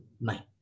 mind